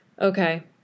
Okay